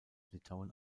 litauen